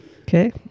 Okay